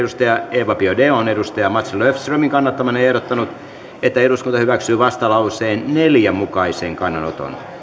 eva biaudet on mats löfströmin kannattamana ehdottanut että eduskunta hyväksyy vastalauseen neljän mukaisen kannanoton